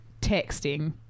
texting